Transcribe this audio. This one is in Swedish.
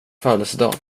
födelsedag